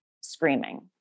screaming